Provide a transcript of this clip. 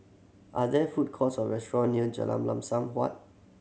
are there food courts or restaurant near Jalan Lam Sun Huat